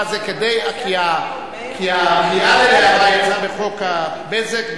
כי הקריאה ללהב"ה יצאה בחוק הבזק,